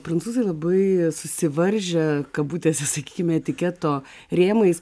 prancūzai labai susivaržę kabutėse sakykime etiketo rėmais